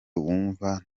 wumva